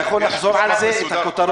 אתה יכול לחזור על זה, על הכותרות?